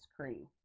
Cream